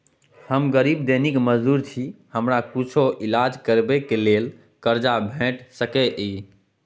हम गरीब दैनिक मजदूर छी, हमरा कुछो ईलाज करबै के लेल कर्जा भेट सकै इ?